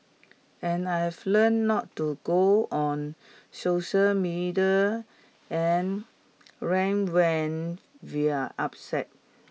and I have learnt not to go on social media and rant when we're upset